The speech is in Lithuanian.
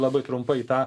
labai trumpai tą